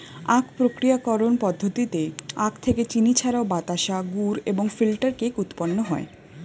আখ প্রক্রিয়াকরণ পদ্ধতিতে আখ থেকে চিনি ছাড়াও বাতাসা, গুড় এবং ফিল্টার কেক উৎপন্ন হয়